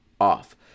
off